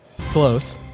Close